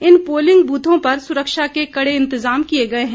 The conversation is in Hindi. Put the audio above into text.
इन पोलिंग बुथों पर सुरक्षा के कड़े इंतज़ाम किए गए हैं